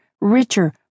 richer